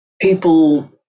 people